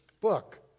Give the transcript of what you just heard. book